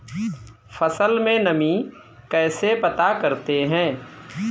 फसल में नमी कैसे पता करते हैं?